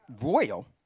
royal